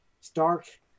Stark